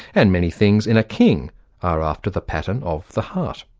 and many things in a king are after the pattern of the heart.